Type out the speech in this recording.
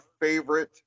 favorite